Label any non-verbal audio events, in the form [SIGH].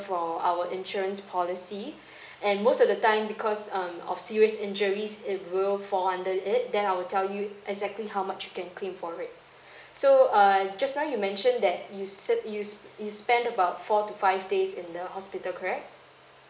for our insurance policy and most of the time because um of serious injuries it will fall under it then I will tell you exactly how much you can claim for it [BREATH] so err just now you mention that you sit you you spend about four to five days in the hospital correct